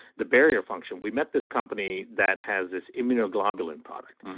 the barrier function. we met this company that has this immunoglobulin product,